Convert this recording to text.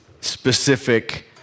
specific